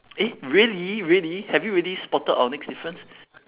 eh really really have you really spotted our next difference